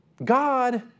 God